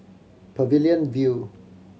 Pavilion View